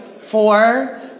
four